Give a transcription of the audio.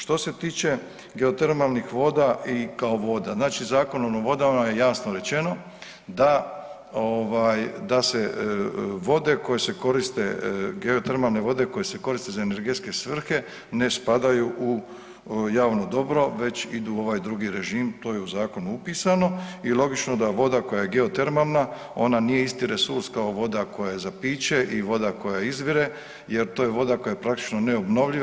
Što se tiče geotermalnih voda i kao voda, znači Zakonom o vodama je jasno rečeno da ovaj, da se vode koje se koriste, geotermalne vode koje se koriste za energetske svrhe ne spadaju u javno dobro već idu u ovaj drugi režim, to je u zakonu upisano i logično da voda koja je geotermalna, ona nije isti resurs kao voda koja je za piće i voda koja izvire jer to je voda koja je praktično neobnovljiva.